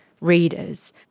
readers